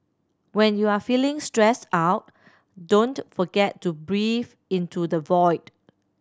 when you are feeling stressed out don't forget to breathe into the void